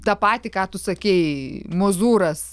tą patį ką tu sakei mozūras